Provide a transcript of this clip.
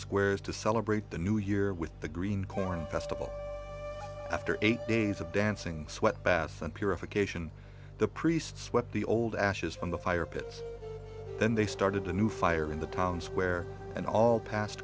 squares to celebrate the new year with the green corn festival after eight days of dancing sweat bath and purification the priest swept the old ashes from the fire pits then they started a new fire in the town square and all past